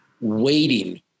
waiting